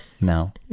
No